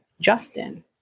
Justin